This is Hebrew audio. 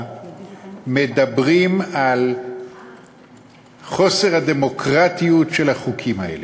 מדברים על חוסר הדמוקרטיות של החוקים האלה.